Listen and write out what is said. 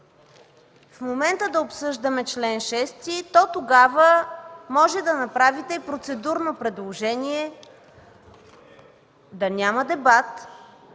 в момента да обсъждаме чл. 6, то тогава може да направите процедурно предложение да няма дебат